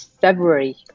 February